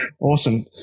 Awesome